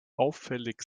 auffällig